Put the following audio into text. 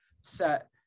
set